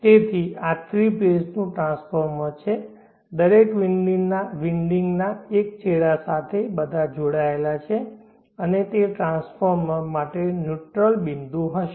તેથી આ three phase નું ટ્રાન્સફોર્મર છે દરેક વિન્ડિંગના એક છેડા સાથે બધા જોડાયેલા છે અને તે ટ્રાન્સફોર્મર માટે ન્યુટ્રલ બિંદુ હશે